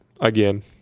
again